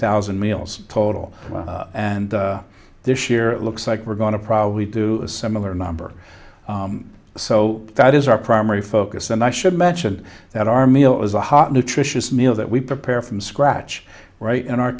thousand meals total and this year it looks like we're going to probably do a similar number so that is our primary focus and i should mention that our meal is a hot nutritious meal that we prepare from scratch right in our